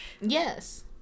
yes